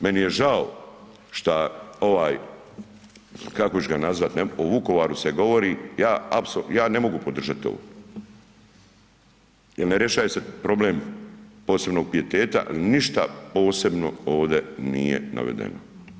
Meni je žao što ovaj, kako ću ga nazvati, o Vukovaru se govori, ja, ja ne mogu podržati to jer ne rješava se problem posebnog pijeteta, ništa posebno ovdje nije navedeno.